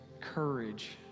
courage